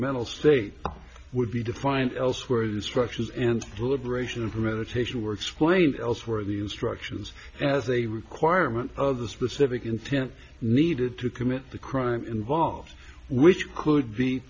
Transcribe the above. mental state would be defined elsewhere the structures and the liberation of meditation were explained elsewhere in the instructions as a requirement of the specific intent needed to commit the crime involved which could be